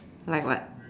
like what